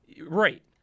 Right